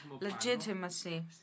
legitimacy